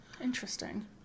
Interesting